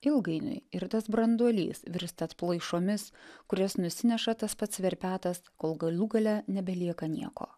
ilgainiui ir tas branduolys virsta atplaišomis kurias nusineša tas pats verpetas kol galų gale nebelieka nieko